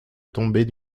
tombait